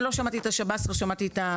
אני לא שמעתי את השב"ס ואת הצבא.